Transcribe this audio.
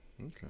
Okay